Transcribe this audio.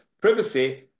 privacy